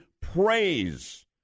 praise